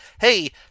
hey